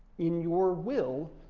in your will,